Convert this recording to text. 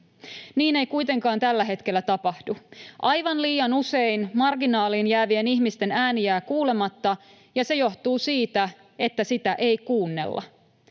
Niin ei kuitenkaan tällä hetkellä tapahdu. Aivan liian usein marginaaliin jäävien ihmisten ääni jää kuulematta, ja se johtuu siitä, että sitä ei kuunnella.